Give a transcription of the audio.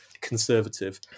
conservative